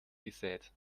gesät